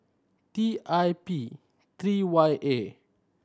T I P three Y A